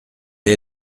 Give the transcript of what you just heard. est